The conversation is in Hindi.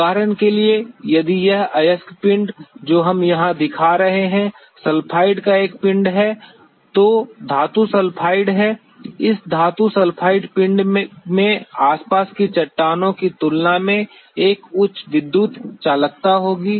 उदाहरण के लिए यदि यह अयस्क पिंड जो हम यहां दिखा रहे हैं सल्फाइड का एक पिंड है जो धातु सल्फाइड है इस धातु सल्फाइड पिंड में आसपास की चट्टानों की तुलना में एक उच्च विद्युत चालकता होगी